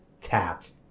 tapped